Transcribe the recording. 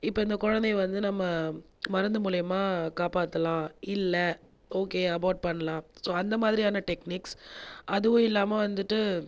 இப்போது இந்த குழந்தையை வந்து நம்ம மருந்து முலியமா காப்பறலாம் இல்லை ஓகே அபாட் பண்ணலாம் சோ அந்த மாதிரியான டெக்னீக்ஸ் அதுவும் இல்லாமல் வந்துட்டு